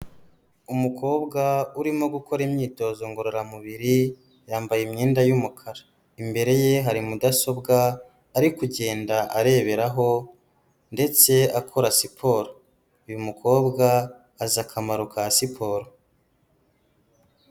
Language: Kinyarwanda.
Umukobwa urimo gukora imyitozo ngororamubiri, yambaye imyenda y'umukara, imbere ye hari mudasobwa ari kugenda areberaho ndetse akora siporo, uyu mukobwa azi akamaro ka siporo.